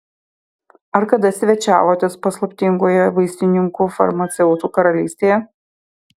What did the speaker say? ar kada svečiavotės paslaptingoje vaistininkų farmaceutų karalystėje